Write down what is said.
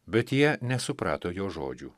bet jie nesuprato jo žodžių